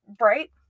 Right